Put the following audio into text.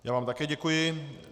Já vám také děkuji.